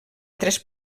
tres